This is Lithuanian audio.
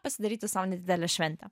pasidaryti sau nedidelę šventę